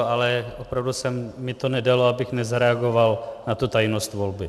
Ale opravdu mi to nedalo, abych nezareagoval na tu tajnost volby.